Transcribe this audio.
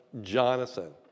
Jonathan